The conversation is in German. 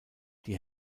die